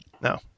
No